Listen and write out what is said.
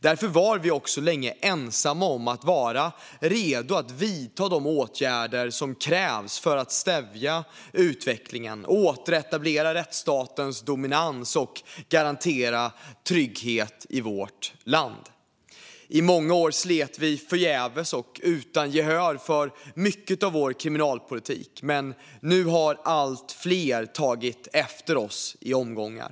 Därför var vi också länge ensamma om att vara redo att vidta de åtgärder som krävs för att stävja utvecklingen, återetablera rättsstatens dominans och garantera trygghet i vårt land. I många år slet vi förgäves och utan gehör för mycket av vår kriminalpolitik, men nu har allt fler tagit efter oss i omgångar.